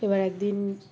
এবার একদিন